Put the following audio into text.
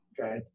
okay